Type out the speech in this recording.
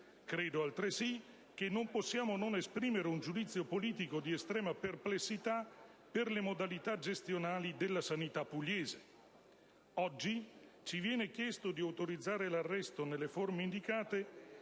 Credo, altresì, che non possiamo non esprimere un giudizio politico di estrema perplessità per le modalità gestionali della sanità pugliese. Oggi ci viene chiesto di autorizzare l'arresto, nelle forme indicate,